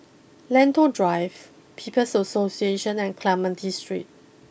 Lentor Drive People's Association and Clementi Street